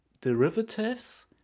derivatives